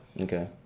Okay